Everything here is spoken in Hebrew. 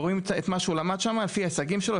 ורואים את מה שהוא למד שם לפי ההישגים שלו,